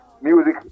music